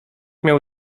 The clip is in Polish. miał